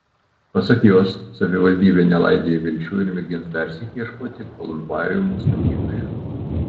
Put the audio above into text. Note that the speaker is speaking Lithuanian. pasak jos savivaldybė nelaidoja vilčių ir mėgins dar sykį ieškoti kolumbariumų statytojų